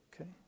Okay